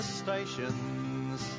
stations